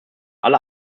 alle